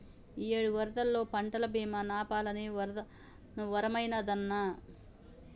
ఇయ్యేడు వరదల్లో పంటల బీమా నాపాలి వరమైనాదన్నా